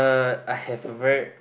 uh I have a very